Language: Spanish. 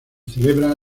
celebra